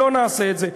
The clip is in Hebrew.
לא נעשה את זה.